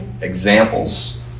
examples